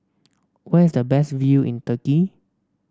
where is the best view in Turkey